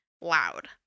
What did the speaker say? loud